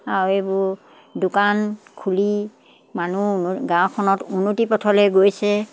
আৰু এইবোৰ দোকান খুলি মানুহ গাঁওখনত উন্নতি পথলৈ গৈছে